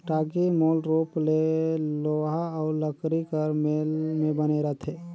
टागी मूल रूप ले लोहा अउ लकरी कर मेल मे बने रहथे